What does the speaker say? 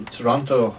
Toronto